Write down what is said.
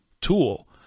tool